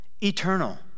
eternal